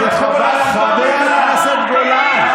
חבר הכנסת גולן.